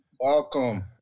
welcome